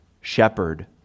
Shepherd